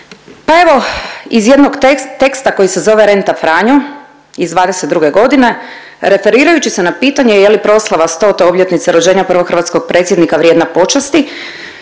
Pa evo iz jednog teksta koji se zove Renta Franjo iz '22. godine referirajući se na pitanje je li proslava 100-te obljetnice rođenja prvog hrvatskog predsjednika vrijedna počasti,